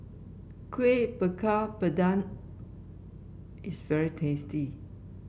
Kuih Bakar Pandan is very tasty